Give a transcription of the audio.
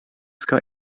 ska